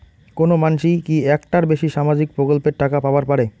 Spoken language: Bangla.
কোনো মানসি কি একটার বেশি সামাজিক প্রকল্পের টাকা পাবার পারে?